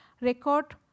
record